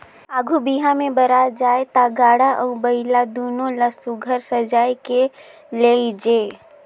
आघु बिहा मे बरात जाए ता गाड़ा अउ बइला दुनो ल सुग्घर सजाए के लेइजे